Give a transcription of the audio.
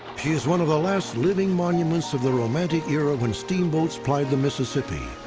she is one of the last living monuments of the romantic era when steamboats plied the mississippi.